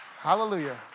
Hallelujah